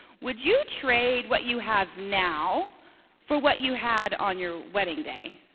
would you trade what you have now for what you had on your wedding day?